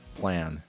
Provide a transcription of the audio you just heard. plan